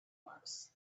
mars